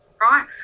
right